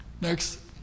next